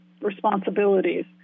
responsibilities